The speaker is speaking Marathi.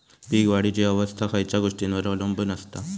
पीक वाढीची अवस्था खयच्या गोष्टींवर अवलंबून असता?